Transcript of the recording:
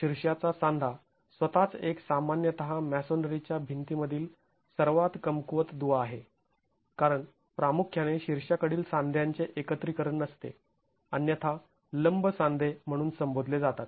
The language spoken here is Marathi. शीर्षाचा सांधा स्वतःच एक सामान्यतः मॅसोनारीच्या भिंती मधील सर्वात कमकुवत दुवा आहे कारण प्रामुख्याने शीर्षाकडील सांध्यांचे एकत्रीकरण नसते अन्यथा लंब सांधे म्हणून संबोधले जातात